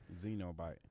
xenobite